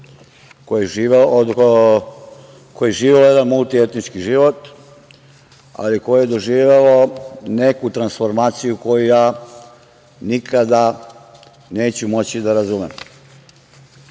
koji je živeo jedan multietnički život, ali koji je doživeo neku transformaciju koju ja nikada neću moći da razumem.